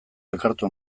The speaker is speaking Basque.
elkartu